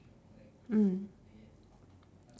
mm